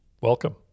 welcome